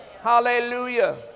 Hallelujah